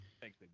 Thanks